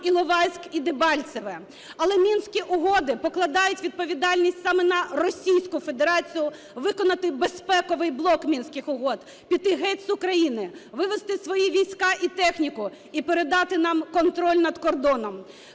Іловайськ і Дебальцеве. Але Мінські угоди покладають відповідальність саме на Російську Федерацію виконати безпековий блок Мінських угод: піти геть з України, вивести свої війська і техніку і передати нам контроль над кордоном.